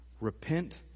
repent